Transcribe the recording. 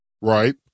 right